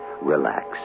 Relax